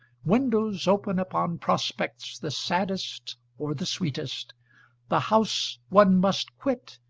windows open upon prospects the saddest or the sweetest the house one must quit,